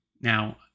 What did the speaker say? now